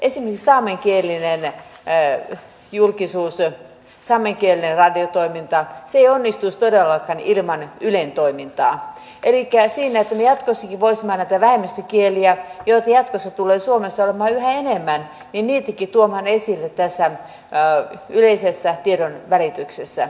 esimerkiksi saamenkielinen julkisuus saamenkielinen radiotoiminta ei onnistuisi todellakaan ilman ylen toimintaa jota tarvitaan siinä että me jatkossakin voisimme näitä vähemmistökieliä joita jatkossa tulee suomessa olemaan yhä enemmän niitäkin tuoda esille tässä yleisessä tiedonvälityksessä